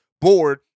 board